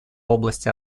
области